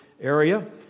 area